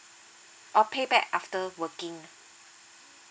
oh pay back after working